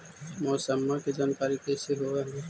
मौसमा के जानकारी कैसे होब है?